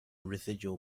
residual